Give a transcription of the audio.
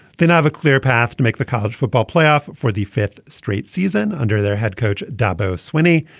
they now have a clear path to make the college football playoff for the fifth straight season under their head coach dabo swinney.